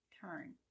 turn